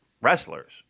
wrestlers